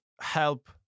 help